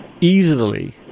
easily